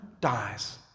dies